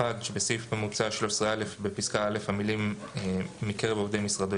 הסתייגות מספר 1 בסעיף המוצע 13א בפסקה (א) המילים "מקרב עובדי משרדו"